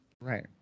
Right